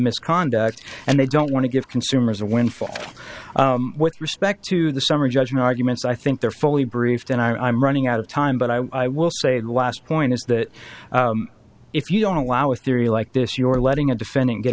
misconduct and they don't want to give consumers a windfall with respect to the summary judgment arguments i think they're fully briefed and i'm running out of time but i will say the last point is that if you don't allow a theory like this you are letting a defending get